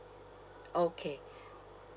okay